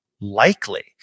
likely